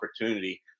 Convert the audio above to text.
opportunity